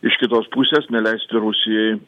iš kitos pusės neleisti rusijai